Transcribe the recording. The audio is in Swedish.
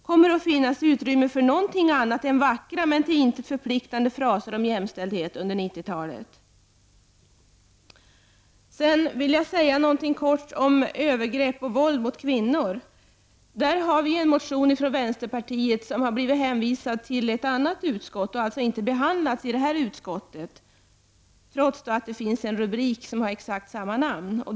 Kommer det att finnas utrymme för något annat än vackra, men till intet förpliktande, fraser om jämställdhet under 90 talet? Sedan vill jag kort beröra våld och övergrepp mot kvinnor. Här har vi en motion från vänsterpartiet som har blivit hänvisad till ett annat utskott och alltså inte behandlats i det här betänkandet, trots att det finns en rubrik som är exakt likalydande som vår motion.